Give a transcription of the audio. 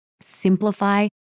Simplify